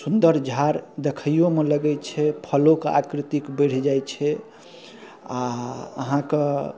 सुन्दर झाड़ देखैओमे लगै छै फलोक आकृति बढ़ि जाइ छै आओर अहाँके